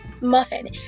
muffin